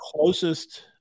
closest